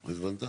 לא הבנת?